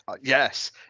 Yes